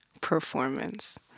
performance